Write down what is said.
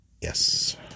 Yes